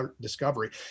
discovery